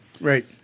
Right